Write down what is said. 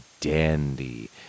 dandy